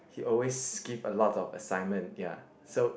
he always give a lot of assignment ya so